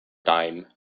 dime